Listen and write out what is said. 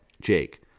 Jake